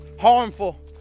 harmful